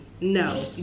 no